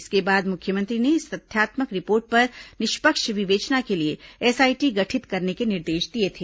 इसके बाद मुख्यमंत्री ने इस तथ्यात्मक रिपोर्ट पर निष्पक्ष विवेचना के लिए एसआईटी गठित करने के निर्देश दिए थे